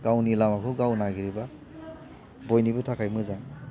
गावनि लामाखौ गाव नागिरोब्ला बयनिबो थाखाय मोजां